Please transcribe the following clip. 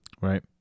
Right